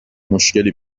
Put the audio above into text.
مشکلی